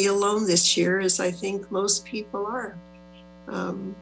be alone this year i think most people are and